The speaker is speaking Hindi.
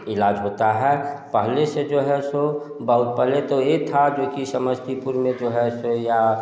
इलाज़ होता है पहले से जो है सो बहुत पहले तो ये था क्योंकि समस्तीपुर में जो है से या